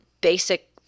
basic